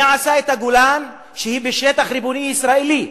מי עשה את הגולן שהוא בשטח ריבוני ישראלי?